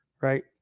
right